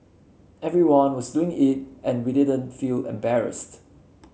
everyone was doing it and we didn't feel embarrassed